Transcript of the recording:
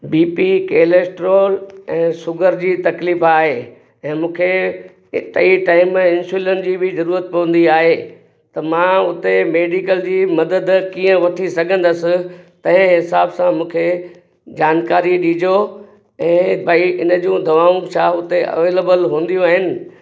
B P cholesterol ऐं sugar जी तकलीफ़ आहे ऐं मूंखे टेई टाइम इंसुलिन जी बि जरूअत पवंदी आहे त मां उते मेडिकल जी मदद कीअं वठी सघंदसि तें हिसाब सां मूंखे जानकारी ॾिजो ऐं भई इन जूं दवाऊं छा उते अवेलेबल हूंदियूं आहिनि